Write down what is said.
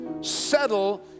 settle